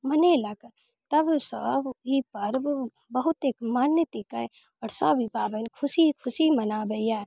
मनेलक तबसँ ई पर्व बहुत एक मान्यतिका आओर सभ ई पाबनि खुशी खुशी मनाबैए